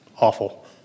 awful